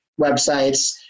websites